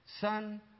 Son